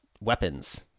weapons